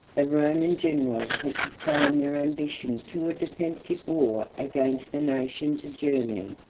the roman generals had confined their ambition to a defensive war against the nations of germany,